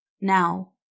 Now